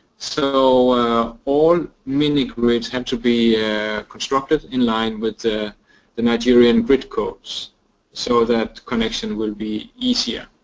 so all mini-grids have to be constructed in line with the the nigerian grid codes so that connection will be easier.